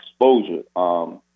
exposure –